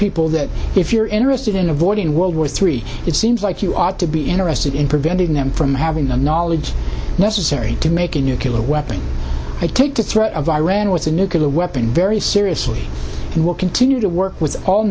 people that if you're interested in avoiding world war three it seems like you ought to be interested in preventing them from having the knowledge necessary to make a nuclear weapon i take the threat of iran with a nuclear weapon very seriously and will continue to work with all